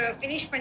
finish